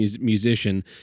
musician